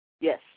Yes